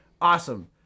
Awesome